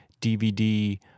DVD